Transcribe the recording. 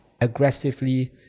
aggressively